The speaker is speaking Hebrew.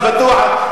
זה בטוח,